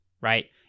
right